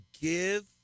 give